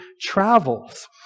travels